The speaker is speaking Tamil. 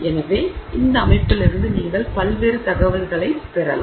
எனவே இந்த அமைப்பிலிருந்து நீங்கள் பல்வேறு தகவல்களைப் பெறலாம்